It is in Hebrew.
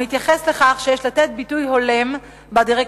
המתייחס לכך שיש לתת ביטוי הולם בדירקטוריונים